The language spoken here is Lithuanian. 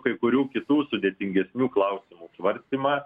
kai kurių kitų sudėtingesnių klausimų svarstymą